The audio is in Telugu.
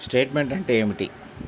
స్టేట్మెంట్ అంటే ఏమిటి?